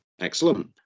Excellent